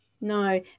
No